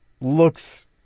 looks